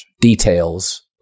Details